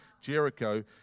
Jericho